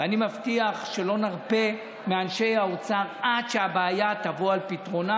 ואני מבטיח שלא נרפה מאנשי האוצר עד שהבעיה תבוא על פתרונה.